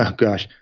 ah gosh.